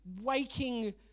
waking